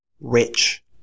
rich